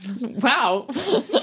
wow